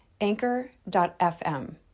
Anchor.fm